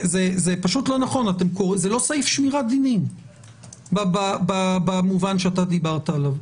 זה לא סעיף שמירת דינים במובן שאתה דיברת עליו.